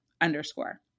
underscore